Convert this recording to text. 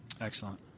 Excellent